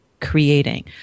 creating